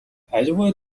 аливаа